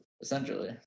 essentially